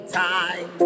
time